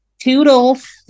Toodles